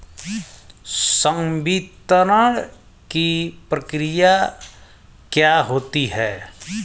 संवितरण की प्रक्रिया क्या होती है?